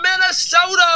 Minnesota